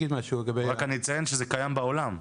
רק אני אציין שזה קיים בעולם.